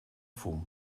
fum